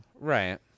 right